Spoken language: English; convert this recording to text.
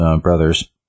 brothers